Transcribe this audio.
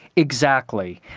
exactly.